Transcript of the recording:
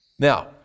Now